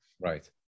Right